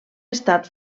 estat